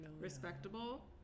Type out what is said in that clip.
respectable